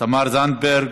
תמר זנדברג,